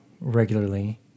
regularly